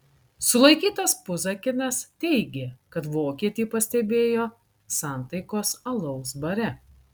sulaikytas puzakinas teigė kad vokietį pastebėjo santaikos alaus bare